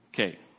Okay